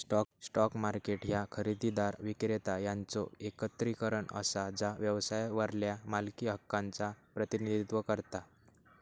stock market ह्या खरेदीदार, विक्रेता यांचो एकत्रीकरण असा जा व्यवसायावरल्या मालकी हक्कांचा प्रतिनिधित्व करता